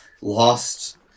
lost